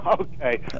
Okay